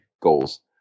goals